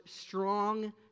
strong